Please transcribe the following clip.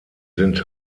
sind